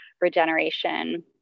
regeneration